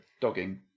dogging